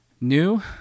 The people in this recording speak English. new